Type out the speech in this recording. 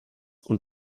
und